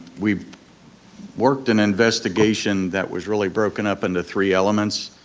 we worked an investigation that was really broken up into three elements.